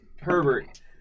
herbert